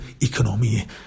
economy